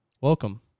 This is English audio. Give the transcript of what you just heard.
welcome